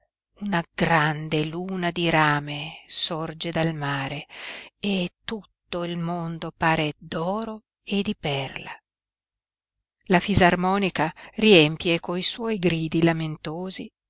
una grande luna di rame sorge dal mare e tutto il mondo pare d'oro e di perla la fisarmonica riempie coi suoi gridi lamentosi